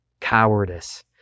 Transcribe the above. cowardice